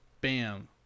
bam